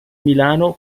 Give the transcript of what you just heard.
milano